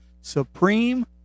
Supreme